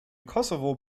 kosovo